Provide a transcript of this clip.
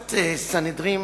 במסכת סנהדרין